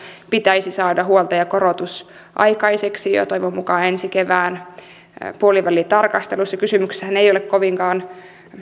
pitäisi saada huoltajakorotus aikaiseksi jo toivon mukaan ensi kevään puolivälitarkastelussa kysymyksessähän ei ole kovinkaan